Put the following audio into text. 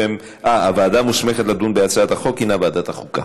הוועדה המוסמכת לדון בהצעת החוק הנה ועדת החוקה.